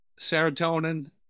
Serotonin